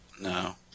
no